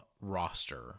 roster